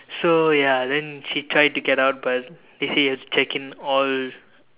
so ya then she tried to get out but they say you have to check in all